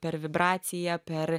per vibraciją per